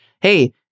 Hey